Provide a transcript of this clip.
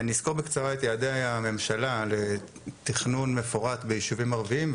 אני אסקור בקצרה את יעדי הממשלה לתכנון מפורט ביישובים ערביים,